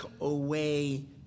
away